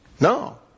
no